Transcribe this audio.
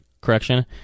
correction